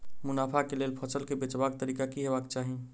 मुनाफा केँ लेल फसल केँ बेचबाक तरीका की हेबाक चाहि?